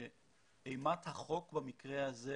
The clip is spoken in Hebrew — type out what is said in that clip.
שאימת החוק במקרה הזה